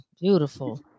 beautiful